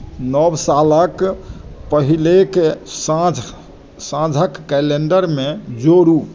नव सालक पहिलेक साँझ साँझक कैलेण्डरमे जोड़ू